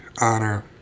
honor